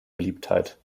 beliebtheit